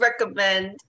recommend